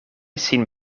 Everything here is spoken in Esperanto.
sin